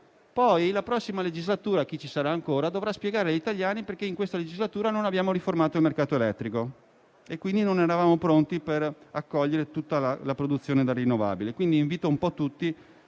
nella prossima legislatura dovrà spiegare agli italiani perché in questa legislatura non abbiamo riformato il mercato elettrico, con la conseguenza di non essere pronti ad accogliere tutta la produzione da rinnovabili.